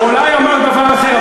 הוא אולי אמר דבר אחר,